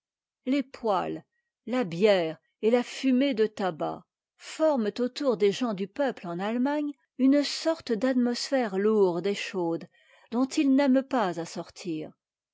les poêles la bière et la fumée de tabac forment autour des gens du peuple en allemagne une sorte d'atmosphère lourde et chaude d nt ils n'aiment pas